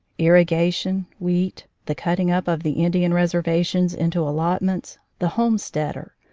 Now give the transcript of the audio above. irri gation, wheat, the cutting-up of the indian reservations into allotments, the home steader,